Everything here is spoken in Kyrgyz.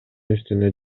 үстүнө